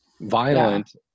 violent